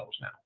now